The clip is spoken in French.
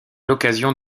l’occasion